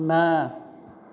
ના